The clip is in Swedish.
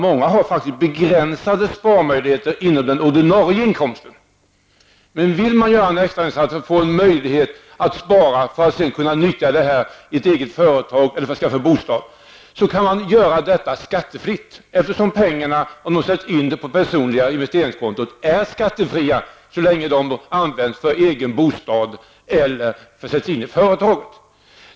Många har begränsade sparmöjligheter inom den ordinarie inkomsten, men om man vill göra en extra insättning och spara för att sedan få möjlighet att nyttja pengarna för att starta ett eget företag eller skaffa bostad kan detta göras skattefritt, eftersom pengarna inom denna sparform är skattefria under förutsättning att de används för egen bostad eller sätts in i ett företag.